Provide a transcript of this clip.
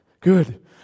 good